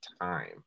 time